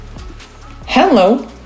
Hello